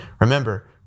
Remember